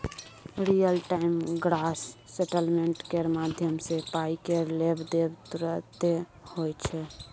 real time gross settlement केर माध्यमसँ पाइ केर लेब देब तुरते होइ छै